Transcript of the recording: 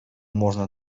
można